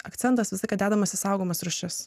akcentas visa laiką dedamas į saugomas rūšis